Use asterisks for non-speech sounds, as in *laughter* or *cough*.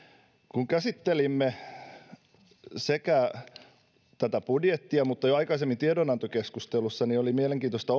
kun käsittelimme *unintelligible* tätä budjettia ja jo aikaisemmin tiedonantokeskustelussa oli mielenkiintoista *unintelligible*